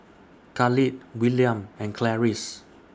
Khalil Willam and Clarice